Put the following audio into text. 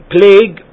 Plague